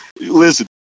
Listen